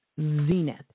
zenith